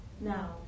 Now